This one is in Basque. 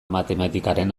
matematikaren